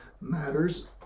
matters